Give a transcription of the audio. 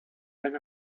wenn